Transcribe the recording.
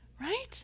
right